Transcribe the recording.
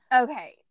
Okay